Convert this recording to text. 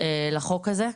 לחוק הזה.